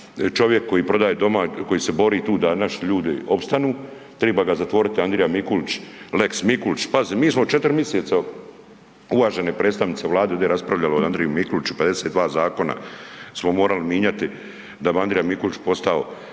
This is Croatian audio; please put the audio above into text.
domaće, koji se bori tu da naši ljudi opstanu, triba ga zatvorit Andrija Mikulić, lex Mikulić, pazi mi smo četiri miseca uvaženi predstavnici Vlade ovde raspravljali o Andriji Mikuliću, 52 zakona smo morali minjati da bi Andrija Mikulić postao